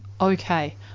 okay